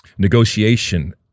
negotiation